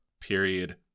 period